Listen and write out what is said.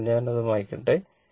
അതിനാൽ ഞാൻ അത് മായ്ക്കട്ടെ